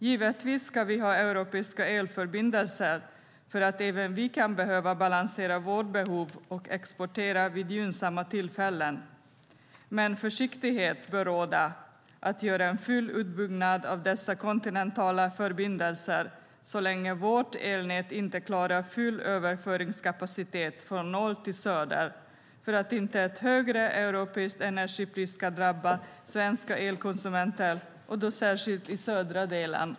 Givetvis ska vi ha europeiska elförbindelser, för även vi kan behöva balansera vårt behov och exportera vid gynnsamma tillfällen. Men försiktighet bör råda att göra en full utbyggnad av dessa kontinentala förbindelser, så länge vårt elnät inte klarar full överföringskapacitet från norr till söder, för att inte ett högre europeiskt energipris ska drabba svenska elkonsumenter, och då särskilt i den södra delen.